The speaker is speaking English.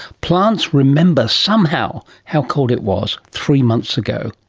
plants remember somehow how cold it was three months ago,